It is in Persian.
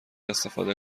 استفاده